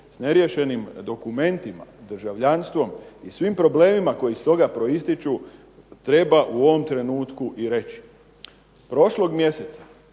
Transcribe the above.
s neriješenim dokumentima, državljanstvom i svim problemima koji iz toga proističu treba u ovom trenutku i reći. Prošlog mjeseca